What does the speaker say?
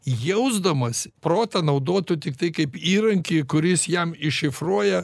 jausdamas protą naudotų tiktai kaip įrankį kuris jam iššifruoja